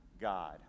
God